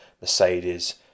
Mercedes